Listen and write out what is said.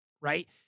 right